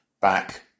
back